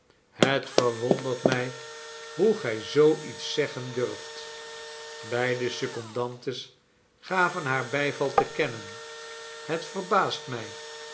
het verwondert mij hoe gij zoo iets zeggen durft beide secondantes gaven haar bijval te kennen het verbaast mij